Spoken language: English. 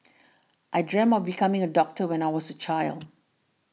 I dreamt of becoming a doctor when I was a child